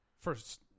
First